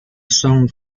song